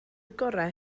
gorau